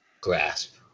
grasp